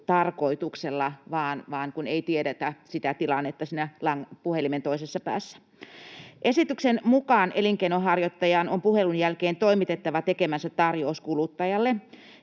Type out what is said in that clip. tarkoituksella, vaan kun ei tiedetä sitä tilannetta siinä puhelimen toisessa päässä. Esityksen mukaan elinkeinonharjoittajan on puhelun jälkeen toimitettava tekemänsä tarjous kuluttajalle.